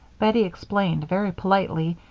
bettie explained, very politely,